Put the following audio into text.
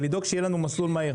ולדאוג שיהיה לנו מסלול מהיר.